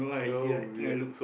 so weird